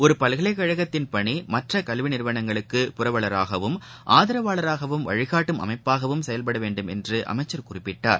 ஒரு பல்கலைக்கழகத்தின் பணி மற்ற கல்வி நிறுவனங்களுக்கு புரவலராகவும் ஆதரவாளராகவும் வழிகாட்டும் அமைப்பாகவும் செயல்பட வேண்டும் என்று அமைச்சர் குறிப்பிட்டார்